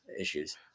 issues